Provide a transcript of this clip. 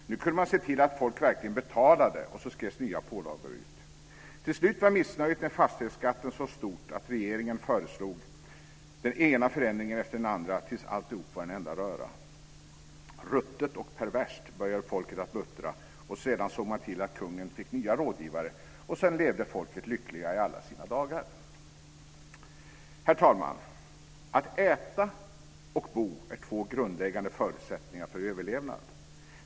Nu kunde man se till att folk verkligen betalade, och så skrevs nya pålagor ut. Till slut var missnöjet med fastighetsskatten så stort att regeringen föreslog den ena förändringen efter den andra tills alltihop var en enda röra. "Ruttet och perverst", började folket att muttra. Därefter såg man till att kungen fick nya rådgivare, och sedan levde folket lyckligt i alla sina dagar. Herr talman! Att äta och att bo är två grundläggande förutsättningar för överlevnad.